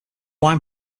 wine